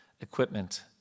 equipment